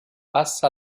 passa